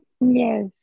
Yes